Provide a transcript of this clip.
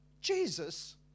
Jesus